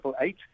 eight